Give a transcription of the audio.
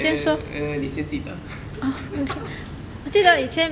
eh uh 你先记得